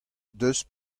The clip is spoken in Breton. deus